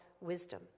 wisdom